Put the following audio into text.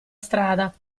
strada